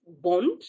BOND